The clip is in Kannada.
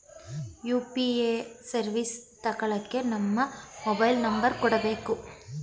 ಯು.ಪಿ.ಎ ಸರ್ವಿಸ್ ತಕ್ಕಳ್ಳಕ್ಕೇ ನಮ್ಮ ಮೊಬೈಲ್ ನಂಬರ್ ಕೊಡಬೇಕು